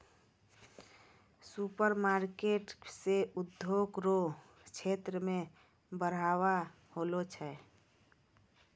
supermarket से उद्योग रो क्षेत्र मे बढ़ाबा होलो छै